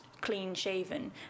clean-shaven